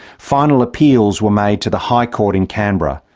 final appeals were made to the high court in canberra,